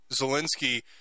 Zelensky